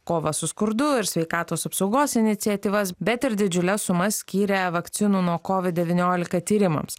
kovą su skurdu ir sveikatos apsaugos iniciatyvas bet ir didžiules sumas skyrė vakcinų nuo covid devyniolika tyrimams